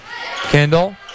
Kendall